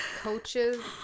coaches